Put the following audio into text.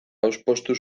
hauspotu